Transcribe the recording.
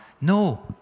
No